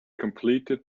completed